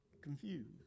confused